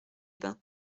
bains